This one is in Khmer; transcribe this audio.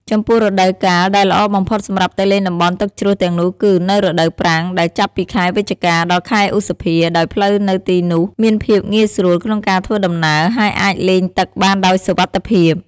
ចំពោះរដូវកាលដែលល្អបំផុតសម្រាប់ទៅលេងតំបន់ទឹកជ្រោះទាំងនោះគឺ នៅរដូវប្រាំង ដែលចាប់ពីខែវិច្ឆិកា ដល់ខែឧសភា ដោយផ្លូវនៅទីនោះមានភាពងាយស្រួលក្នុងការធ្វើដំណើរ ហើយអាចលេងទឹកបានដោយសុវត្ថិភាព។